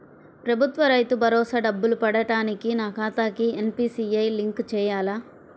ప్రభుత్వ రైతు భరోసా డబ్బులు పడటానికి నా ఖాతాకి ఎన్.పీ.సి.ఐ లింక్ చేయాలా?